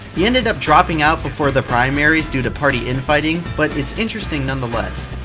he ended up dropping out before the primaries due to party infighting, but it's interesting nonetheless.